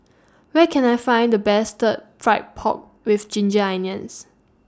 Where Can I Find The Best Stir Fried Pork with Ginger Onions